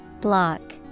Block